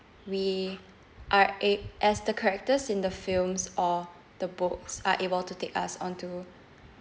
we are a~ as the characters in the films or the books are able to take us onto